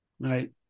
right